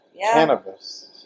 cannabis